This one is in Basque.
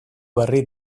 berri